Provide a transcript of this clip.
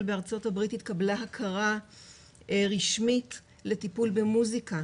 התקבלה בשמחה גדולה בארצות-הברית הכרה רשמית לטיפול במוסיקה